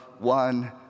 one